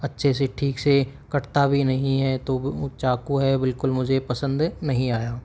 अच्छे से ठीक से कटता भी नहीं है तो वो चाकू है बिलकुल मुझे पसंद नहीं आया